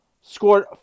scored